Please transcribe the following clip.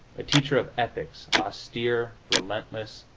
a teacher of ethics, austere, relentless,